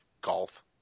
golf